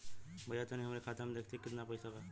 भईया तनि हमरे खाता में देखती की कितना पइसा बा?